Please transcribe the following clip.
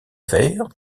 verre